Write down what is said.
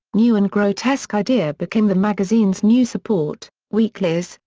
new and grotesque idea became the magazine's new support weeklies,